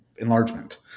enlargement